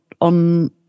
on